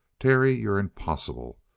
terry, you're impossible!